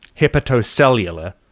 Hepatocellular